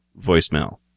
voicemail